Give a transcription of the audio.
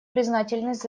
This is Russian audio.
признательность